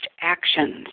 actions